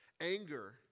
Anger